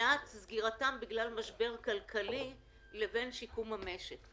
ומניעת סגירתם בגלל משבר כלכלי, לבין שיקום המשק.